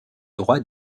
droits